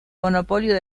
monopolio